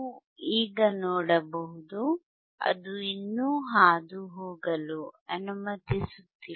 ನೀವು ಈಗ ನೋಡಬಹುದು ಅದು ಇನ್ನೂ ಹಾದುಹೋಗಲು ಅನುಮತಿಸುತ್ತಿಲ್ಲ